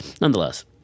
Nonetheless